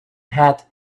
hat